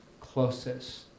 closest